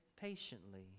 patiently